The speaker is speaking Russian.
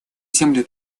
земли